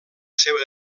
seva